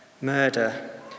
murder